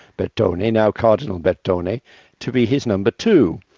bertone, now cardinal bertone to be his number two.